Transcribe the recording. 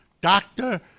doctor